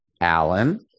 Alan